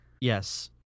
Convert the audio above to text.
Yes